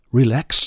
relax